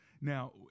Now